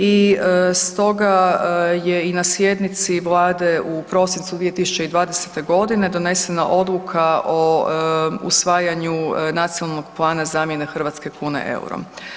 I stoga je i na sjednici Vlade u prosincu 2020. godine donesena odluka o usvajanju nacionalnog plana zamjene hrvatske kune EUR-om.